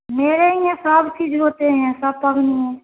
मेरे हियाँ सब चीज़ होते हैं सब पर्व